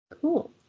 Cool